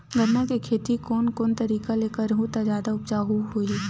गन्ना के खेती कोन कोन तरीका ले करहु त जादा उपजाऊ होही?